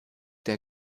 der